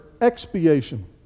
expiation